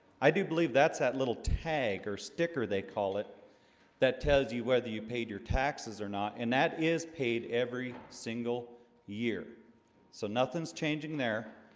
i do believe that's that little tag or sticker they call it that tells you whether you paid your taxes or not and that is paid every single year so nothing's changing there,